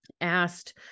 asked